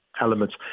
elements